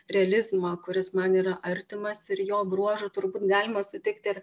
realizmą kuris man yra artimas ir jo bruožų turbūt galima sutikti ir